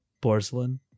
Porcelain